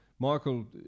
Michael